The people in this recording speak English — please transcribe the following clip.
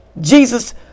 Jesus